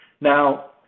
Now